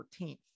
14th